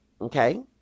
Okay